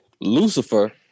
Lucifer